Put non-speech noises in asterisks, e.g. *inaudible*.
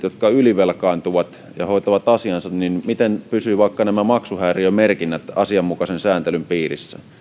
*unintelligible* jotka ylivelkaantuvat ja hoitavat asiansa pysyvät vaikka nämä maksuhäiriömerkinnät asianmukaisen sääntelyn piirissä